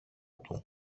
του